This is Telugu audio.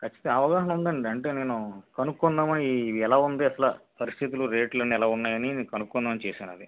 ఖచ్చితం అవగాహన ఉందండి అంటే నేను కనుక్కుందాం అని ఈ ఎలా ఉంది అసల పరిస్థితులు రేట్లు ఎలా ఉన్నాయని నేను కన్నుకుందాం అని చేసాను అది